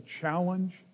challenge